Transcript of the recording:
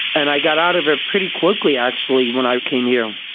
and i got out of it pretty quickly actually when i came here.